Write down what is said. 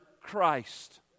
Christ